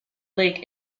lake